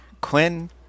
Quinn